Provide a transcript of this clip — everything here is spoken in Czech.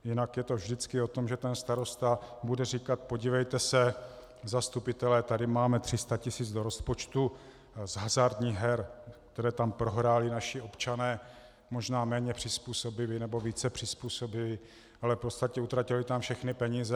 Jinak je to vždycky o tom, že starosta bude říkat: Podívejte se, zastupitelé, tady máme 300 tisíc do rozpočtu z hazardních her, které tam prohráli naši občané, možná méně přizpůsobiví, nebo více přizpůsobiví, ale v podstatě utratili tam všechny peníze.